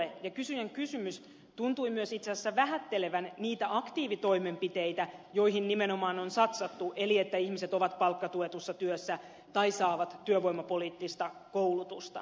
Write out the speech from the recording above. ja kysyjän kysymys tuntui myös itse asiassa vähättelevän niitä aktiivitoimenpiteitä joihin nimenomaan on satsattu eli siihen että ihmiset ovat palkkatuetussa työssä tai saavat työvoimapoliittista koulutusta